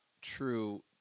true –